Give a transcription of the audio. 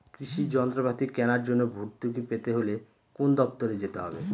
কৃষি যন্ত্রপাতি কেনার জন্য ভর্তুকি পেতে হলে কোন দপ্তরে যেতে হবে?